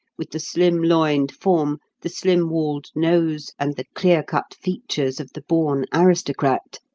with the slim-loined form, the slim-walled nose, and the clear-cut features of the born aristocrat,